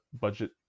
budget